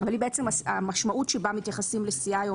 אבל היא המשמעות שבה מתייחסים לסיעה היום